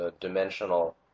dimensional